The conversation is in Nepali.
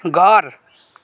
घर